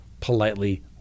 politely